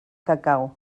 cacau